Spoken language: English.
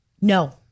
No